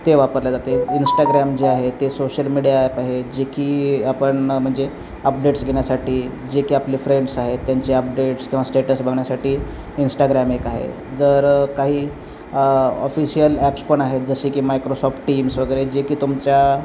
ते वापरल्या जाते इन्स्टाग्रॅम जे आहे ते सोशल मीडिया ॲप आहे जे की आपण म्हणजे अपडेट्स घेण्यासाठी जे की आपले फ्रेंड्स आहेत त्यांचे अपडेट्स किंवा स्टेटस बघण्यासाठी इन्स्टाग्रॅम एक आहे जर काही ऑफिशिल ॲप्स पण आहेत जसे की मायक्रोसॉफ्ट टीम्स वगैरे जे की तुमच्या